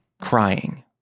crying